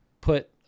put